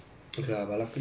then